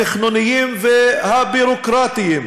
התכנוניים והביורוקרטיים,